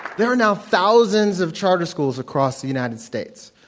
there are now thousands of charter schools across the united states.